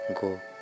go